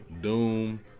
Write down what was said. Doom